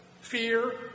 fear